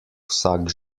vsak